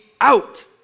out